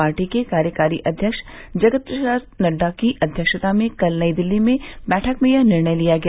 party के कार्यकारी अध्यक्ष जगत प्रकाश नड्डा की अध्यक्षता में कल नई दिल्ली में हुई बैठक में यह निर्णय लिया गया